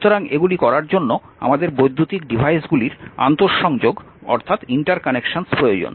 সুতরাং এগুলি করার জন্য আমাদের বৈদ্যুতিক ডিভাইসগুলির আন্তঃসংযোগ প্রয়োজন